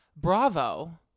Bravo